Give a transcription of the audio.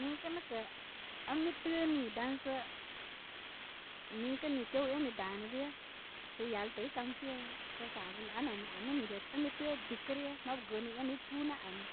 Niŋkə nə kə' ən mi tə'ə' nii dan sə niŋkə nii tew enə danə ryə sə yaltə' i kamshe sə sabulu an ani. Ama mi re, ən mi tə'ə' dikə' ryə, mabu gəənuu enu i puu nə ani.